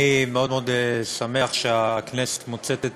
אני מאוד מאוד שמח שהכנסת מוצאת את